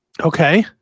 Okay